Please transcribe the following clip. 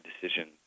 decision